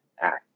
Act